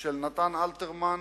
של נתן אלתרמן,